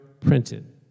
printed